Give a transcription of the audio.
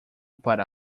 para